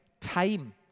time